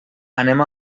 anem